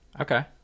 Okay